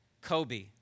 Kobe